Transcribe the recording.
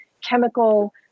chemical